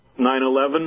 9-11